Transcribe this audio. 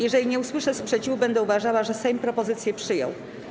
Jeżeli nie usłyszę sprzeciwu, będę uważała, że Sejm propozycję przyjął.